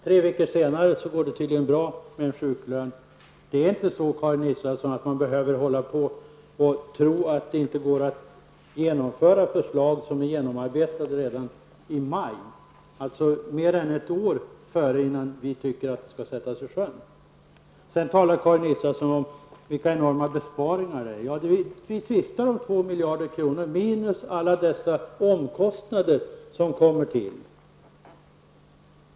Tre veckor senare går det tydligen bra att införa en sjuklön. Det finns ingen anledning att tro att det inte går att genomföra förslag som genomarbetades redan i maj, Karin Israelsson, dvs. mer än ett år före det datum vi ansåg att det skulle sättas i sjön. Karin Israelsson talar om de enorma besparingarna. Vi tvistar om 12 miljarder kronor minus alla de omkostnader som tillkommer.